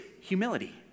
humility